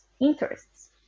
interests